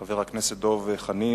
חבר הכנסת דב חנין,